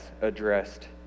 addressed